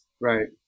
Right